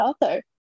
author